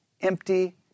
empty